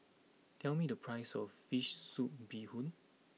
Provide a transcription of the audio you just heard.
tell me the price of Fish Soup Bee Hoon